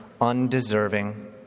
undeserving